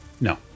No